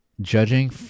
Judging